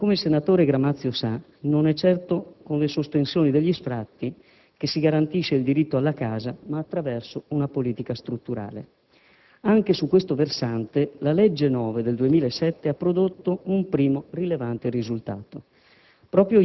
Come il senatore Gramazio sa, non è certo con le sospensioni degli sfratti che si garantisce il diritto alla casa ma attraverso una politica strutturale. Anche su questo versante la legge n. 9 del 2007 ha prodotto un primo rilevante risultato: